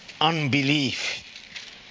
unbelief